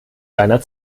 seiner